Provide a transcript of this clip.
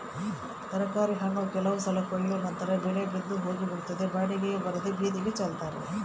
ತರಕಾರಿ ಹಣ್ಣು ಕೆಲವು ಸಲ ಕೊಯ್ಲು ನಂತರ ಬೆಲೆ ಬಿದ್ದು ಹೋಗಿಬಿಡುತ್ತದೆ ಬಾಡಿಗೆಯೂ ಬರದೇ ಬೀದಿಗೆ ಚೆಲ್ತಾರೆ